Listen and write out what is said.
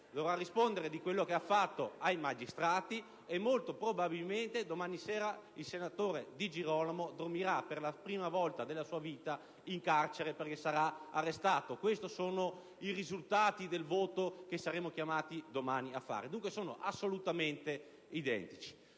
dovrà rispondere di quello che ha fatto ai magistrati e molto probabilmente domani sera il senatore Di Girolamo dormirà per la prima volta nella sua vita in carcere perché sarà arrestato. Questi sono i risultati del voto che saremo chiamati domani a dare: sono, quindi, assolutamente identici,